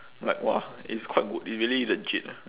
like !wah! it's quite good they really legit